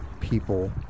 people